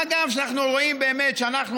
מה גם שאנחנו רואים באמת שאנחנו,